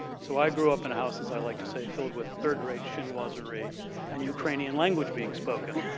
so, i grew up in house, as i like to say, filled with third rate shin-wa-zer-ie and ukrainian language being spoken.